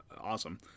awesome